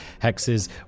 hexes